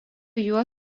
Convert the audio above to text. juo